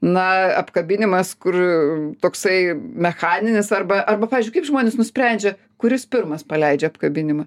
na apkabinimas kur toksai mechaninis arba arba pavyzdžiui kaip žmonės nusprendžia kuris pirmas paleidžia apkabinimą